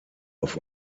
auf